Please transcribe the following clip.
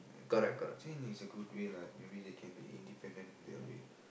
I think think it's a good way lah maybe they can be independent they'll be